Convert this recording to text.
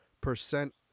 percent